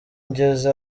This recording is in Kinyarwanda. ngeze